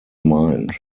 mind